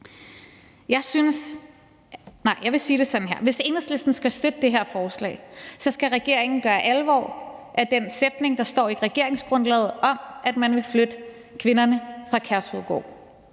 Hvis Enhedslisten skal støtte det her forslag, skal regeringen gøre alvor af den sætning, der står i regeringsgrundlaget, om, at man vil flytte kvinderne væk fra Kærshovedgård,